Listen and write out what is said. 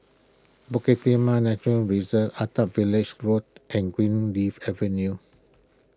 Bukit Timah Nature Reserve Attap Valley's Road and Greenleaf Avenue